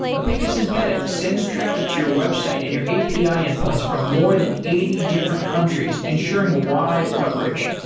apica synthetic sends traffic to your website and your api endpoints from more than eighty different countries, ensuring wide coverage.